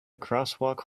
crosswalk